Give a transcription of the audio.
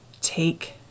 take